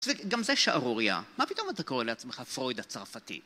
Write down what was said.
וגם זה שערוריה. מה פתאום אתה קורא לעצמך פרויד הצרפתי?